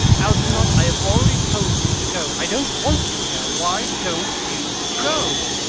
algernon! i have already told you to go. i don't want you here. why don't you go!